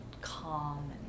calm